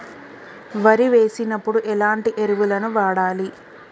వరి వేసినప్పుడు ఎలాంటి ఎరువులను వాడాలి?